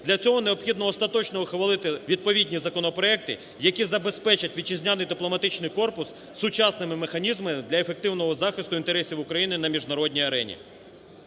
Для цього необхідно остаточно ухвалити відповідні законопроекти, які забезпечать вітчизняний дипломатичний корпус сучасними механізмами для ефективного захисту інтересів України на міжнародній арені.